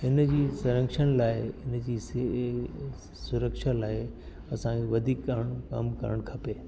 इन जी संरक्षण लाए हिन जी सी सुरक्षा लाए असांखे वधीक कमु करण खपे